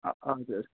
हजुर